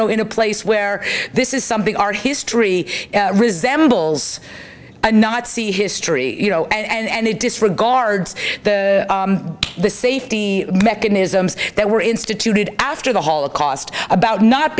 know in a place where this is something our history resembles a nazi history you know and it disregards the safety mechanisms that were instituted after the holocaust about not